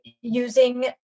using